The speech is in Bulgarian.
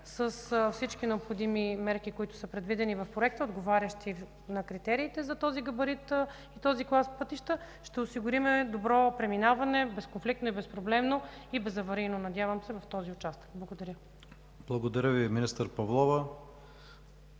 с всички необходими мерки, които са предвидени в проекта, отговарящи на критериите за този габарит и този клас пътища, ще осигурим добро преминаване – безконфликтно и безпроблемно, и безаварийно, надявам се, по този участък. Благодаря. ПРЕДСЕДАТЕЛ ИВАН К.ИВАНОВ: Благодаря Ви, Министър Павлова.